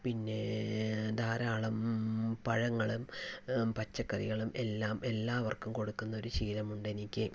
പിന്നെ ധാരാളം പഴങ്ങളും പച്ചക്കറികളും എല്ലാം എല്ലാവർക്കും കൊടുക്കുന്നൊരു ശീലമുണ്ടെനിക്ക്